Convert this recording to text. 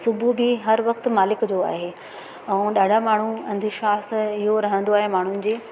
सुबुह ॾींहं हर वक्त मालिक जो आहे ऐं ॾाढा माण्हू अंधविश्वासु इयो रहंदो आहे माण्हूनि जे